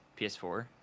ps4